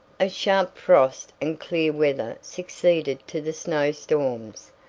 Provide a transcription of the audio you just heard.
a sharp frost and clear weather succeeded to the snow-storms,